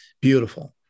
Beautiful